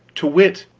to wit,